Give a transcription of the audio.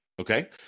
Okay